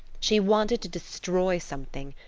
she wanted to destroy something.